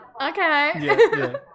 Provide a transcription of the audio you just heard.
okay